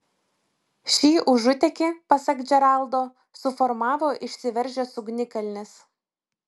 šį užutėkį pasak džeraldo suformavo išsiveržęs ugnikalnis